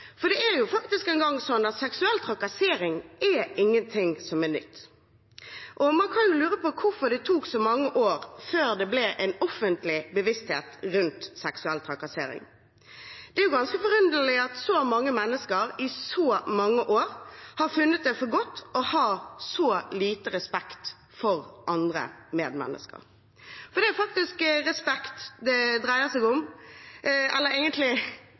Det er nå engang slik at seksuell trakassering ikke er noe nytt, og man kan jo lure på hvorfor det tok så mange år før det ble en offentlig bevissthet rundt det. Det er ganske forunderlig at så mange mennesker i så mange år har funnet det for godt å ha så liten respekt for medmennesker. For det er faktisk respekt – eller egentlig manglende respekt – det dreier seg om.